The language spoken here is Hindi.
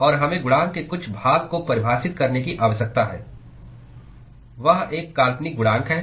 और हमें गुणांक के कुछ भाग को परिभाषित करने की आवश्यकता है वह एक काल्पनिक गुणांक है